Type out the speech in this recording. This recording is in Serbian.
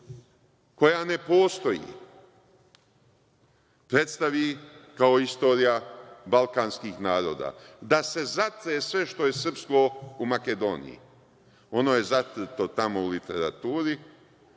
koja ne postoji, predstavi kao istorija balkanskih naroda, da se zatre sve što je srpsko u Makedoniji. Ono je zatrto tamo u literaturu,